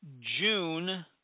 June –